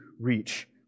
reach